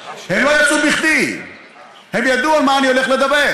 לא בכדי הם יצאו, הם ידעו על מה אני הולך לדבר.